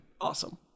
awesome